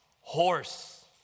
horse